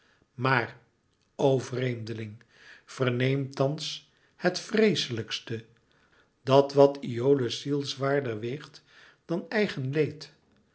maar o vreemdeling verneem thans het vreèslijkste dat wat iole's ziel zwaarder weegt dan eigen leed